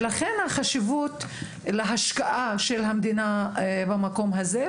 ולכן החשיבות להשקעה של המדינה במקום הזה.